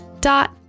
dot